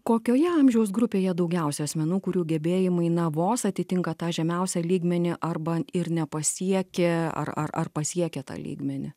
kokioje amžiaus grupėje daugiausiai asmenų kurių gebėjimai na vos atitinka tą žemiausią lygmenį arba ir nepasiekia ar ar ar pasiekia tą lygmenį